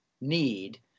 need